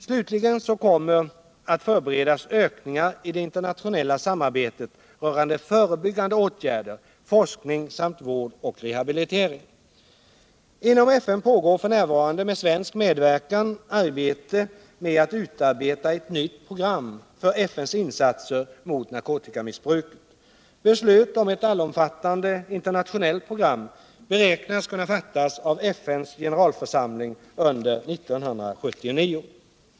Slutligen kommer att förberedas ökningar i det internationella samarbetet rörande förebyggande åtgärder, forskning samt vård och rehabilitering. Inom FN pågår f. n. med svensk medverkan arbete med att utarbeta ett nytt program för FN:s insatser mot narkotikamissbruket. Beslut om ett allomfattande internationellt program beräknas kunna fattas av FN:s generalförsamling under år 1979.